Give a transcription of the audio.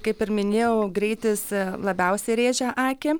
kaip ir minėjau greitis labiausiai rėžia akį